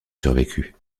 survécu